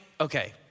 okay